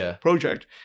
project